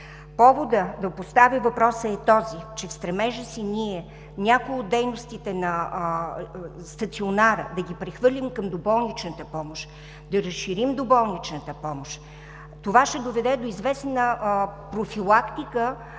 Поводът да поставя въпроса е този, че стремежът ни някои от дейностите на стационара да ги прехвърлим към доболничната помощ, да разширим доболничната помощ, ще доведе до известна профилактика